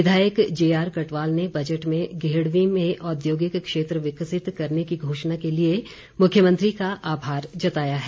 विधायक J R Katwal ने budget में गेहड़वीं में औद्योगिक क्षेत्र विकसित करने की घोषणा के लिए मुख्यमंत्री का आभार जताया है